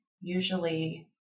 Usually